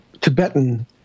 Tibetan